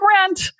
rent